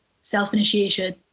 self-initiation